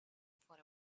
for